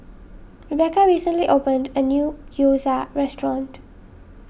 Rebecca recently opened a new Gyoza restaurant